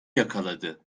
yakaladı